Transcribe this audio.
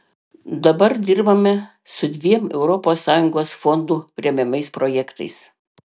dabar dirbame su dviem europos sąjungos fondų remiamais projektais